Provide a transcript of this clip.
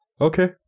okay